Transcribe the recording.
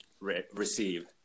receive